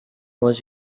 was